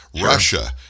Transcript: Russia